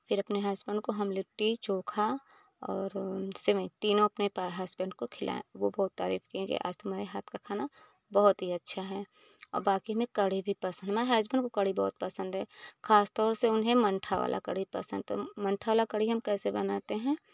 फिर अपने हसबैंड को हम लिट्टी चोखा और सेवई तीनों अपने पा हसबैंड को खिलाए वो बहुत तारीफ किए कि आज तुम्हारे हाथ का खाना बहुत ही अच्छा है और बाकी हमें कढ़ी भी पसंद हमारे हसबैंड को कढ़ी बहुत पसंद है खास तौर से उन्हें मंठा वाला कढ़ी पसंद है तो मंठा वाला कढ़ी हम कैसे बनाते हैं